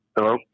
Hello